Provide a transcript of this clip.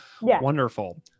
Wonderful